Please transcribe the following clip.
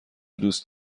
دوست